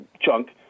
chunk